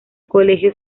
colegio